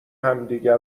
همدیگه